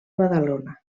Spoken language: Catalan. badalona